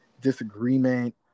disagreement